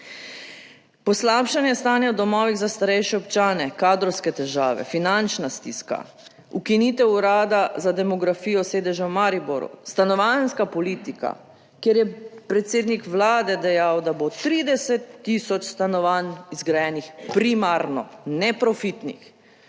Poslabšanje stanja v domovih za starejše občane, kadrovske težave, finančna stiska, ukinitev Urada za demografijo s sedeža v Mariboru, stanovanjska politika, kjer je predsednik Vlade dejal, da bo 30000 stanovanj zgrajenih primarno neprofitnih,